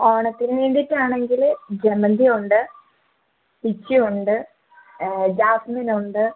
ഓണത്തിന് വേണ്ടിയിട്ടാണെങ്കിൽ ജമന്തിയുണ്ട് പിച്ചിയുണ്ട് ജാസ്മിനുണ്ട്